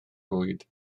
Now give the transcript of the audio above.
rwyd